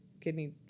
kidney